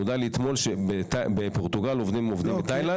נודע לי אתמול שבפורטוגל עובדים עובדים מתאילנד.